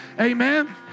Amen